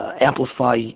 amplify